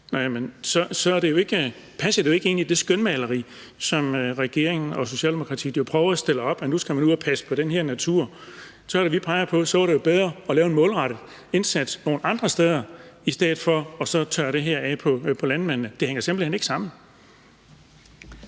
passer det jo ikke ind i det skønmaleri, som regeringen og Socialdemokratiet prøver at stille op, af, at man skal ud og passe på den her natur. Så er det, at vi peger på, at det ville være bedre at lave en målrettet indsats nogle andre steder i stedet for at tørre det her af på landmanden. Det hænger simpelt hen ikke sammen